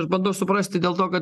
aš bandau suprasti dėl to kad